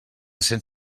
cent